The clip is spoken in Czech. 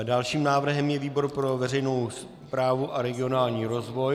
Dalším návrhem je výbor pro veřejnou správu a regionální rozvoj.